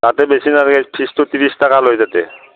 তাতে বেছি নালাগে ফিজটো ত্ৰিছ টকা লয় তাতে